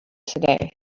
today